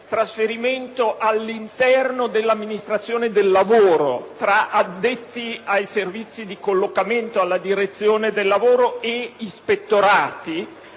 trasferimento all'interno dell'Amministrazione del lavoro tra addetti ai servizi di collocamento alla direzione del lavoro e ispettorati.